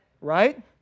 Right